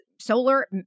solar